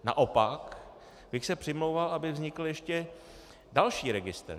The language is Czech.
Naopak bych se přimlouval, aby vznikl ještě další registr.